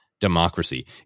democracy